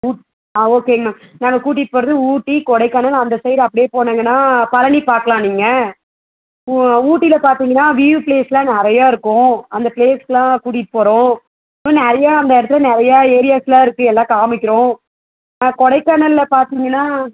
ஊட் ஆ ஓகேங்கமா நாங்கள் கூட்டிகிட்டு போகிறது ஊட்டி கொடைக்கானல் அந்த சைட் அப்படியே போனீங்கன்னால் பழனி பார்க்கலாம் நீங்கள் ஊட்டியில் பார்த்தீங்கன்னா வியூ ப்ளேஸெல்லாம் நிறையா இருக்கும் அந்த ப்ளேஸ்கெல்லாம் கூட்டிகிட்டு போகிறோம் நிறையா அந்த இடத்துல நிறையா ஏரியாஸெல்லாம் இருக்குது எல்லாம் காமிக்கிறோம் ஆ கொடைக்கானலில் பார்த்தீங்கன்னா